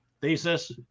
Thesis